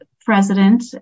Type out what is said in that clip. president